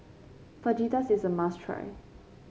Fajitas is a must try